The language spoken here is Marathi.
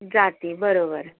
जाती बरोबर